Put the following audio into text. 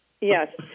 Yes